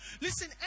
Listen